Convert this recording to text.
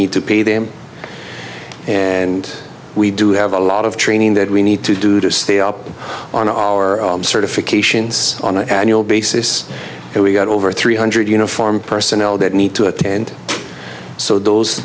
need to pay them and we do have a lot of training that we need to do to stay up on a certification on an annual basis and we've got over three hundred uniformed personnel that need to attend so those